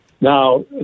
Now